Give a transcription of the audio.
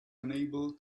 unable